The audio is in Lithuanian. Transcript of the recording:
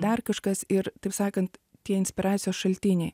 dar kažkas ir taip sakant tie inspiracijos šaltiniai